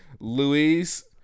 Louise